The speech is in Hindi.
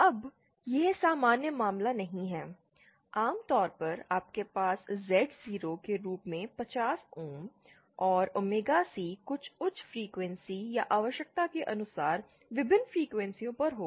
अब यह सामान्य मामला नहीं है आमतौर पर आपके पास Z0 के रूप में 50 ओम और ओमेगा C कुछ उच्च फ्रीक्वेंसी या आवश्यकता के अनुसार विभिन्न फ्रीक्वेंसीयों पर होगा